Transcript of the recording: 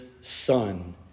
Son